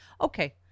Okay